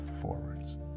forwards